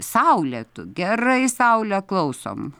saulė tu gerai saule klausom